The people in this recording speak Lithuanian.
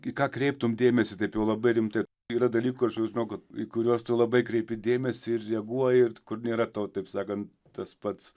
į ką kreiptum dėmesį taip jau labai rimtai yra dalykų aš jau žinau kad į kuriuos tu labai kreipi dėmesį ir reaguoji kur nėra tau taip sakant tas pats